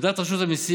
עמדת רשות המיסים,